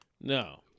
No